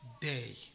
day